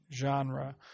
genre